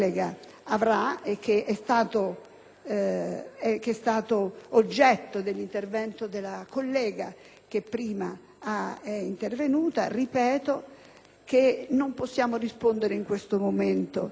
che è stato oggetto dell'intervento della collega che mi ha preceduta, ripeto che non possiamo rispondere in questo momento né su quante